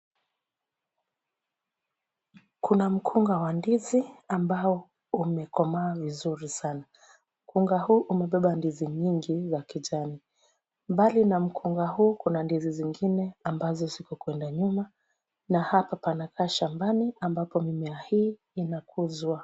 Kuna mkunga wa ndizi ambao umekomaa vizuri sana. Mkunga huu umebeba ndizi nyingi za kijani. Mbali na mkunga huu kuna ndizi zingine ambazo ziko kwenda nyuma, na hapa panakaa shambani ambapo mimea hii inakuzwa.